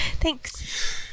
Thanks